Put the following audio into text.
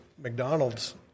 mcdonald's